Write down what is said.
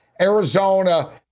Arizona